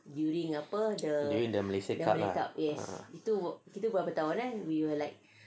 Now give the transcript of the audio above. during the malaysia cup ah